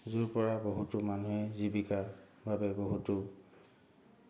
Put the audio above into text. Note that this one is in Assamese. য'ৰ পৰা বহুতো মানুহে জীৱিকাৰ বাবে বহুতো